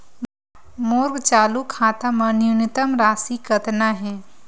मोर चालू खाता मा न्यूनतम राशि कतना हे?